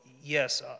yes